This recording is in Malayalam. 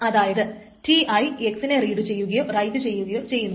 അതായത് Ti x നെ റീഡ് ചെയ്യുകയോ റൈറ്റ് ചെയ്യുകയോ ചെയ്യുന്നു